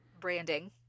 branding